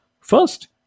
First